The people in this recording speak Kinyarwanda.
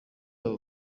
abo